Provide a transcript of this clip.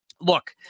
look